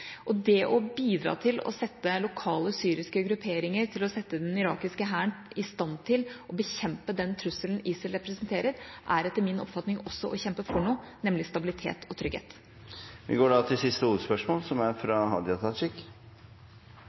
Det å bidra til å sette lokale syriske grupperinger og den irakiske hæren i stand til å bekjempe den trusselen ISIL representerer, er etter min oppfatning også å kjempe for noe, nemlig stabilitet og trygghet. Vi går til siste hovedspørsmål.